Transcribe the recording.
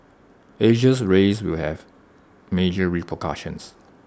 Asia's rise will have major repercussions